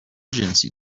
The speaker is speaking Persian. جنسی